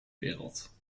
wereld